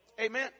Amen